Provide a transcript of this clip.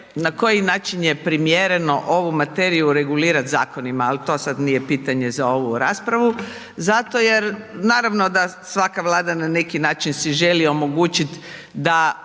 na koji način je primjereno ovu materiju regulirat zakonima, al to sad nije pitanje za ovu raspravu zato jer, naravno da svaka Vlada na neki način si želi omogućit da